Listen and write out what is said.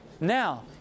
Now